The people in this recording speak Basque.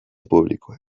publikoek